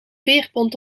veerpont